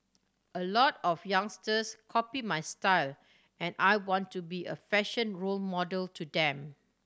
a lot of youngsters copy my style and I want to be a fashion role model to them